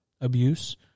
abuse